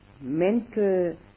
mental